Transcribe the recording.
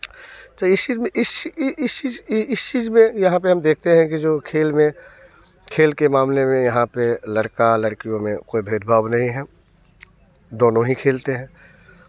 तो इस चीज़ में इस इस चीज़ इस चीज़ में यहाँ पर हम देखते हैं कि जो खेल में खेल के मामले में यहाँ पर लड़का लड़कियों में कोई भेदभाव नहीं है दोनों ही खेलते हैं